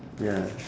ya